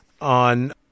on